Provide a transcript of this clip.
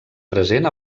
present